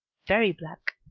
very black,